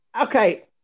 okay